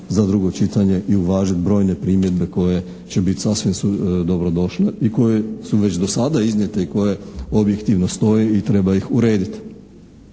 za drugo čitanje i uvažiti brojne primjedbe koje će biti sasvim dobrodošle i koje su već do sada iznijete i koje objektivno stoje i treba ih urediti.